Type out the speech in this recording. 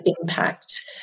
impact